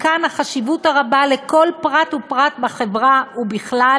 מכאן החשיבות הרבה לכל פרט ופרט בחברה ובכלל